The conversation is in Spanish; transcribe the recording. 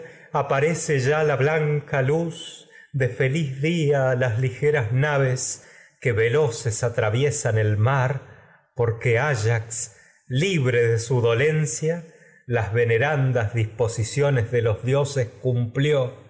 aparece ya la blanca luz de feliz a las ligeras naves que veloces atraviesan el mar porque ayax libre de su dolencia las venerandas dis de posiciones mayor nada los dioses cumplió